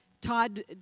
Todd